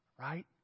right